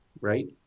right